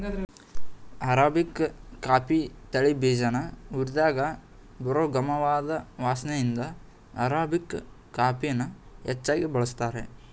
arabica coffee ತಳಿ ಬೀಜನ ಹುರ್ದಾಗ ಬರೋ ಗಮವಾದ್ ವಾಸ್ನೆಇಂದ ಅರಾಬಿಕಾ ಕಾಫಿನ ಹೆಚ್ಚಾಗ್ ಬಳಸ್ತಾರೆ